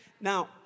Now